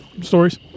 stories